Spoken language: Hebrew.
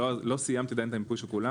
ולא סיימתי עדיין את המיפוי של כולם,